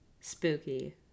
spooky